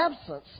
absence